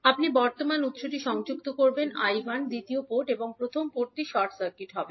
আপনি বর্তমান উত্সটি সংযুক্ত করবেন 𝐈 যাও দ্বিতীয় পোর্ট এবং আপনি প্রথম পোর্ট শর্ট সার্কিট হবে